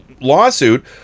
lawsuit